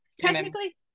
Technically